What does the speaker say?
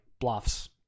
bluffs